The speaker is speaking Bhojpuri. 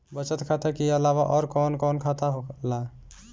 बचत खाता कि अलावा और कौन कौन सा खाता होला?